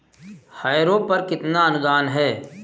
Harrow पर कितना अनुदान है?